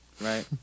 right